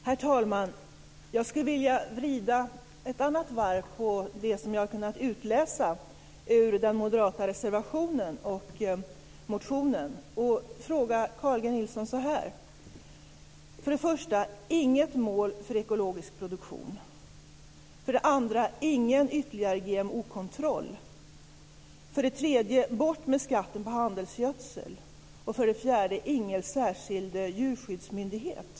Herr talman! Jag skulle vilja vrida ett annat varv på det som jag har kunnat utläsa ur den moderata reservationen och motionen och ställa en fråga till För det första: Inget mål för ekologisk produktion. För det andra: Ingen ytterligare GMO-kontroll. För det tredje: Bort med skatten på handelsgödsel. För det fjärde: Ingen särskild djurskyddsmyndighet.